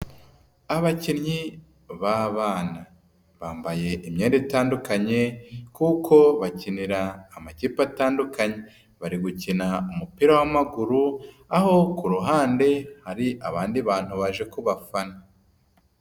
Abakinnyi b'abana, bambaye imyenda itandukanye kuko bakinira amakipe atandukanye, bari gukina umupira w'amaguru, aho ku ruhande hari abandi bantu baje ku bafana.